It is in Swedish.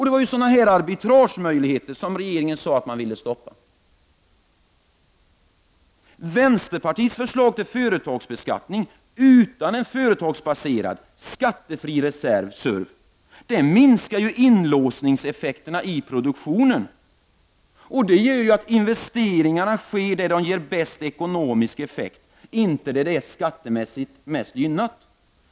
Det var ju sådana arbitragemöjligheter som regeringen sade att man ville stoppa. Vänsterpartiets förslag till företagsbeskattning utan en företagsbaserad skattefri reserv — SURV — minskar inlåsningseffekterna i produktionen. Det gör att investeringarna sker där de ger bäst ekonomisk effekt, inte där det är skattemässigt mest gynnat.